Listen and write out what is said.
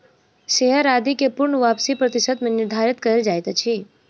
share आदि के पूर्ण वापसी प्रतिशत मे निर्धारित कयल जाइत अछि